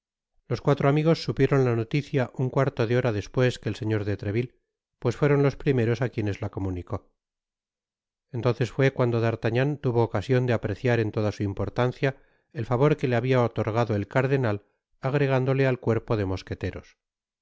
los cuatro amigos supieron la noticia un cuarto de hora despues que el señor de treville pues fueron los primeros á quienes la comunicó entonces fué cuando d'artagnan tuvo ocasion de apreciar en toda su importancia el favor que le habia otorgado el cardenal agregándole al cuerpo de mosqueteros sin